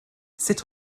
sut